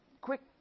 quick